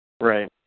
Right